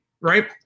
right